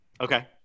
Okay